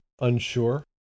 unsure